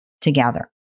together